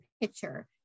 picture